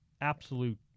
absolute